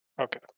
Okay